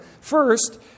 first